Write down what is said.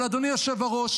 אבל אדוני היושב-ראש,